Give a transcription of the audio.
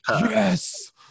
yes